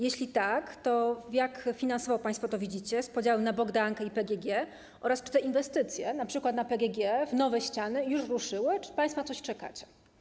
Jeśli tak, to jak finansowo państwo to widzicie, z podziałem na Bogdankę i PGG, oraz czy te inwestycje, np. na PGG w nowe ściany, już ruszyły, czy państwo na coś czekacie?